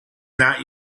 not